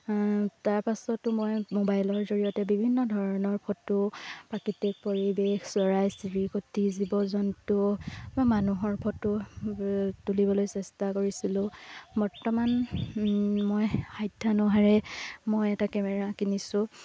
তাৰপাছতো মই মোবাইলৰ জৰিয়তে বিভিন্ন ধৰণৰ ফটো প্ৰাকৃতিক পৰিৱেশ চৰাই চিৰিকটি জীৱ জন্তু বা মানুহৰ ফটো তুলিবলৈ চেষ্টা কৰিছিলোঁ বৰ্তমান মই সাধ্যানুসাৰে মই এটা কেমেৰা কিনিছোঁ